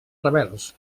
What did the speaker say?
rebels